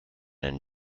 and